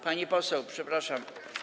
Pani poseł, przepraszam.